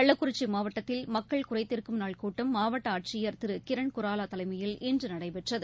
கள்ளக்குறிச்சி மாவட்டத்தில் மக்கள் குறைதீர்க்கும் நாள் கூட்டம் மாவட்ட ஆட்சியர் திரு கிரண் குராலா தலைமையில் இன்று நடைபெற்றது